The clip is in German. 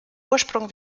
ursprung